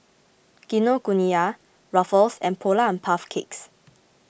Kinokuniya Ruffles and Polar and Puff Cakes